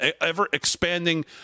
ever-expanding